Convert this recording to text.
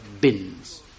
bins